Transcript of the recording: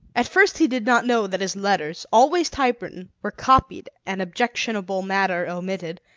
at first he did not know that his letters, always typewritten, were copied and objectionable matter omitted,